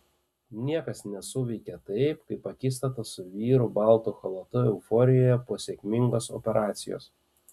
niekas nesuveikė taip kaip akistata su vyru baltu chalatu euforijoje po sėkmingos operacijos